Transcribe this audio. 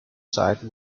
side